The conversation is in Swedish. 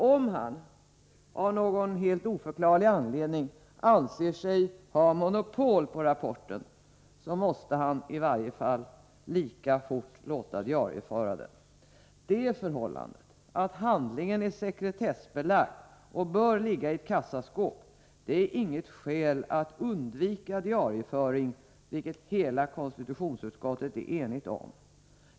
Om statsministern, av någon helt oförklarlig anledning, anser sig ha monopol på rapporten, måste han i varje fall lika fort låta diarieföra den. Det förhållandet att handlingen är sekretessbelagd och bör ligga i ett kassaskåp är inget skäl att undvika diarieföring, vilket hela konstitutionsutskottet är enigt om.